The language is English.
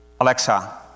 Alexa